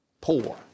poor